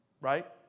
Right